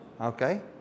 Okay